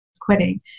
quitting